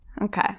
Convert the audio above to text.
Okay